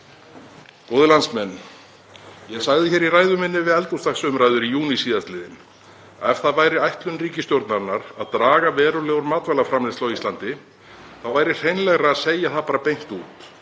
Góðir landsmenn. Ég sagði hér í ræðu minni við eldhúsdagsumræður í júní síðastliðnum: „Ef það er ætlun ríkisstjórnarinnar að draga verulega úr matvælaframleiðslu á Íslandi þá er hreinlegra að segja það bara beint út,